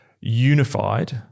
unified